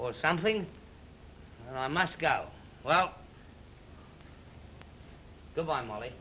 or something and i must go well goodbye molly